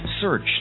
search